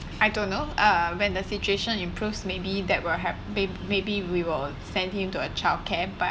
I don't know uh when the situation improves maybe that will have may be we will send him to a childcare but